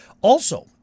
Also-